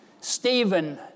Stephen